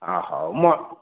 ହଁ ହଉ ମ